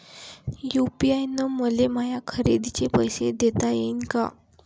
UPI न मले माया खरेदीचे पैसे देता येईन का?